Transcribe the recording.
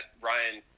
Ryan